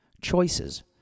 Choices